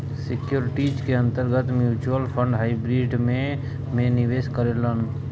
securities के अंतर्गत mutual fund hybrid में में निवेश करेलन